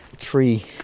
tree